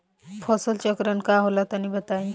फसल चक्रण का होला तनि बताई?